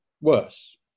worse